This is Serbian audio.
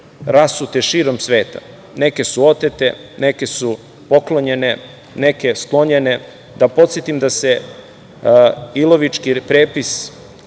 rasute širom sveta, neke su otete, neke su poklonjene, neke sklonjene, da podsetim da se Ilovički prepis